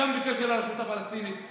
גם בקשר לרשות הפלסטינית,